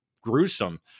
gruesome